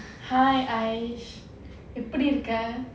hi aish எப்படி இருக்க:eppadi irukka